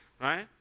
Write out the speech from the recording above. Right